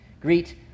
Greet